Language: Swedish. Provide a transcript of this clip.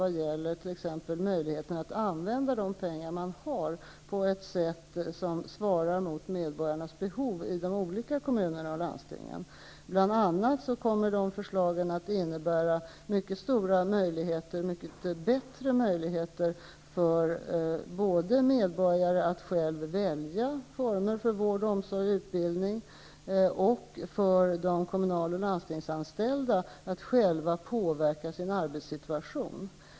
Det gäller att t.ex. använda de pengar man har på ett sätt som svarar mot medborgarnas behov i de olika kommunerna och landstingen. Bl.a. kommer dessa förslag att innebära mycket bättre möjligheter både för medborgarna att själva välja former för vård, omsorg och utbildning och för de kommunal och landstingsanställda att själva påverka sin arbetssituation.